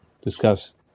discuss